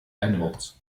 animals